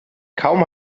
kaum